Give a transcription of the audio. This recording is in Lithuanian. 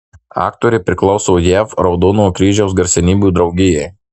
aktorė priklauso jav raudonojo kryžiaus garsenybių draugijai